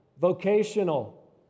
vocational